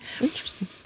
Interesting